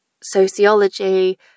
sociology